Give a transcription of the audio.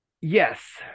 yes